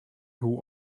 hoe